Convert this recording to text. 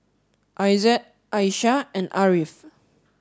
Aizat Aishah and Ariff